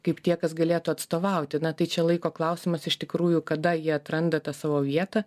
kaip tie kas galėtų atstovauti na tai čia laiko klausimas iš tikrųjų kada jie atranda tą savo vietą